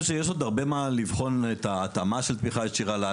שיש עוד הרבה מה לבחון לגבי ההתאמה של תמיכה ישירה.